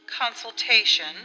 Consultation